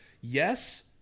yes